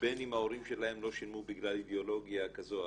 בין אם ההורים שלהם לא שילמו בגלל אידיאולוגיה כזו או